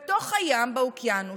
בתוך הים, באוקיינוס,